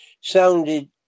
sounded